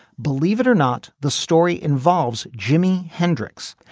believe it or not the story involves jimi hendrix.